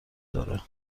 داره